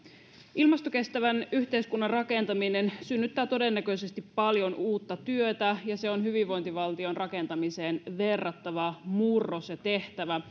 ilmastokestävän yhteiskunnan rakentaminen synnyttää todennäköisesti paljon uutta työtä ja se on hyvinvointivaltion rakentamiseen verrattava murros ja tehtävä